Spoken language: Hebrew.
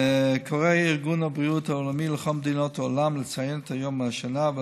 קורא ארגון הבריאות העולמי לכל מדינות העולם לציין את יום השנה,